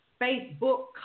Facebook